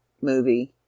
movie